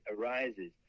arises